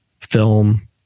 film